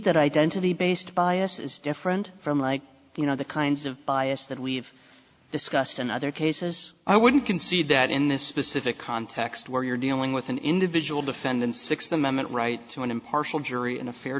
that identity based bias is different from like you know the kinds of bias that we've discussed in other cases i wouldn't concede that in this specific context where you're dealing with an individual defendant's sixth amendment right to an impartial jury in a fair